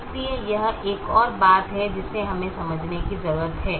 इसलिए यह एक और बात है जिसे हमें समझने की जरूरत है